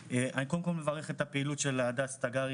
קודם כול אני מברך על הפעילות של הדס תגרי,